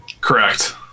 Correct